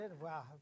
Wow